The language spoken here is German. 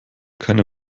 keine